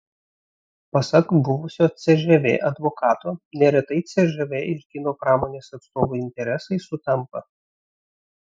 pasak buvusio cžv advokato neretai cžv ir kino pramonės atstovų interesai sutampa